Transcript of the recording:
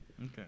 Okay